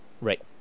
Right